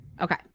Okay